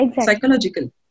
Psychological